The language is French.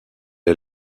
est